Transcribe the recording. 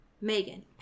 Megan